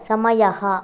समयः